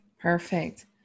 Perfect